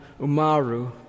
Umaru